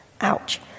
Ouch